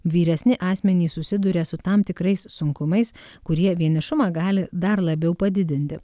vyresni asmenys susiduria su tam tikrais sunkumais kurie vienišumą gali dar labiau padidinti